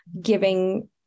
giving